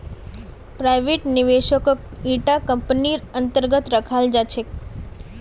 private निवेशकक इटा कम्पनीर अन्तर्गत रखाल जा छेक